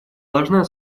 должна